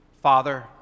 Father